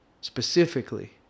specifically